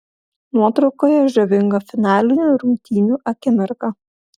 nuotraukoje žavinga finalinių rungtynių akimirka